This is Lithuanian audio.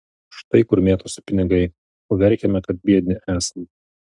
štai kur mėtosi pinigai o verkiame kad biedni esam